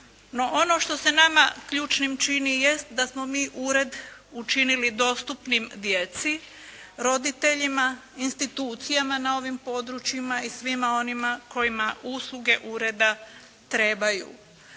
ono što se nama ključnim čini jest da smo mi ured učinili dostupnim djeci, roditeljima, institucijama na ovim područjima i svima onima kojima usluge ureda trebaju.